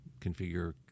configure